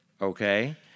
Okay